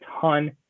ton